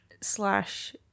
slash